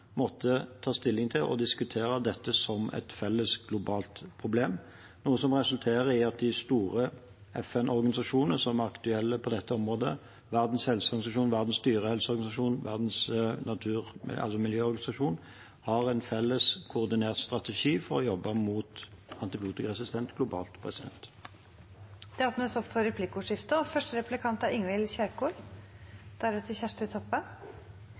ta stilling til og diskutere dette som et felles, globalt problem. Det har resultert i at de store FN-organisasjonene som er aktuelle på dette området – Verdens helseorganisasjon, Verdens dyrehelseorganisasjon og FNs miljøprogram – har en felles, koordinert strategi for å jobbe mot antibiotikaresistens globalt. Det blir replikkordskifte. Det har vært et stort engasjement i Stortinget og